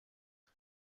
but